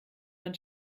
man